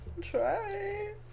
Try